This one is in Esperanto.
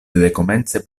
dekomence